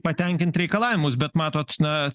patenkint reikalavimus bet matot na